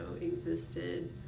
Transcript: existed